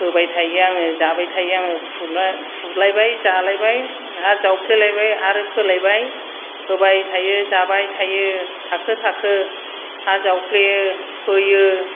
फोबायथायो आङो जाबाय थायो आङो फुलायबाय जालायबाय आरो जावफ्लेलायबाय आरो फोलायबाय फोबायथायो जाबायथायो थाखो थाखो हा जावफ्लेयो फोयो